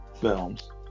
films